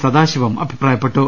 സദാശിവം അഭിപ്രായപ്പെട്ടു